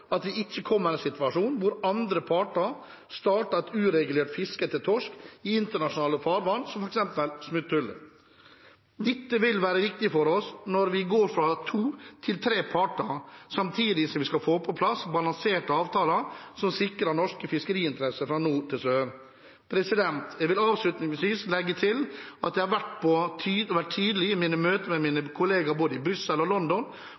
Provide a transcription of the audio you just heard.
at vi ikke kommer i en situasjon hvor andre parter starter et uregelrett fiske etter torsk i internasjonale farvann, som f.eks. Smutthullet. Dette vil være viktig for oss når vi går fra to til tre parter, samtidig som vi skal få på plass balanserte avtaler som sikrer norske fiskeriinteresser fra nord til sør. Jeg vil avslutningsvis legge til at jeg har vært tydelig i mine møter med mine kolleger i både Brussel og London